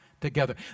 together